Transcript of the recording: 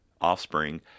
offspring